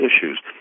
issues